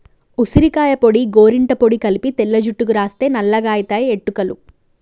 ఉసిరికాయ పొడి గోరింట పొడి కలిపి తెల్ల జుట్టుకు రాస్తే నల్లగాయితయి ఎట్టుకలు